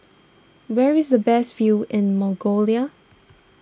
where is the best view in Mongolia